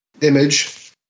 Image